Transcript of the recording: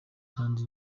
kandi